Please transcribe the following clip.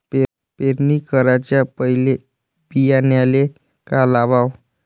पेरणी कराच्या पयले बियान्याले का लावाव?